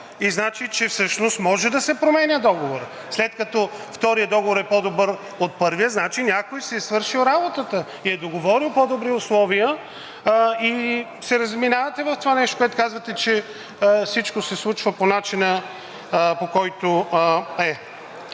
и значи, че всъщност може да се променя договорът, след като вторият договор е по-добър от първия, значи някой си е свършил работата и е договорил по-добри условия. И се разминавате в това нещо, в което казвате, че всичко се случва по начина, по който е.